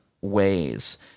ways